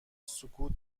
سکوت